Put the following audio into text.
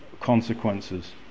consequences